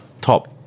top